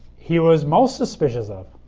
he was most suspicious of.